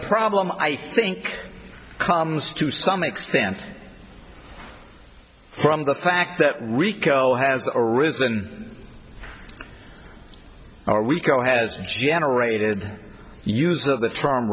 problem i think comes to some extent from the fact that rico has arisen or we go has generated use of the term